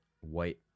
white